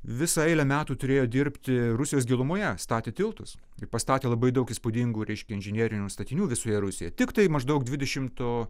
visą eilę metų turėjo dirbti rusijos gilumoje statė tiltus ir pastatė labai daug įspūdingų reiškia inžinierinių statinių visoje rusijoje tiktai maždaug dvidešimto